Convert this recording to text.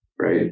right